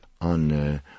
on